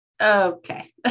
okay